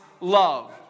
love